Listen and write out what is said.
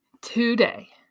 today